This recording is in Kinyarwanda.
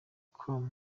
com